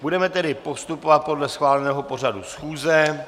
Budeme tedy postupovat podle schváleného pořadu schůze.